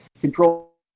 control